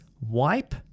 Wipe